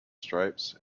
stripes